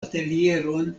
atelieron